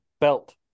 belt